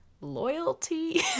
loyalty